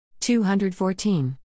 214